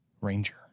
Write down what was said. Ranger